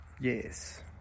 yes